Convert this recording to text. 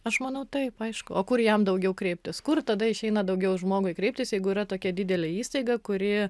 aš manau taip aišku o kur jam daugiau kreiptis kur tada išeina daugiau žmogui kreiptis jeigu yra tokia didelė įstaiga kuri